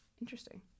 Interesting